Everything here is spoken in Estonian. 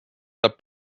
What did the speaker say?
saab